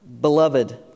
beloved